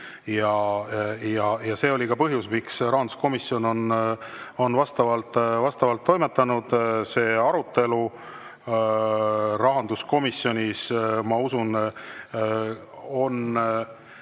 See on ka põhjus, miks rahanduskomisjon on vastavalt toimetanud. See arutelu rahanduskomisjonis, ma usun, on